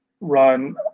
Run